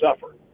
suffer